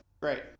great